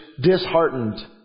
disheartened